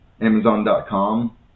Amazon.com